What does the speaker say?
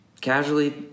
casually